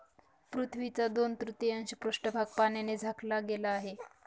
पृथ्वीचा दोन तृतीयांश पृष्ठभाग पाण्याने झाकला गेला आहे